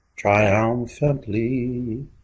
Triumphantly